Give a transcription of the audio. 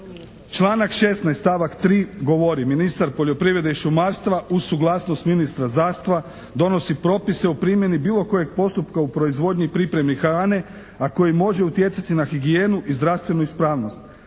Članak 16. stavak 3. govori, ministar poljoprivrede i šumarstva uz suglasnost ministra zdravstva donosi propise o primjeni bilo kojeg postupka u proizvodnji i pripremi hrane, a koji može utjecati na higijenu i zdravstvenu ispravnost.